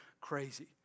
crazy